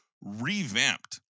revamped